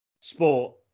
sport